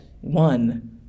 one